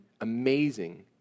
amazing